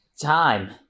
time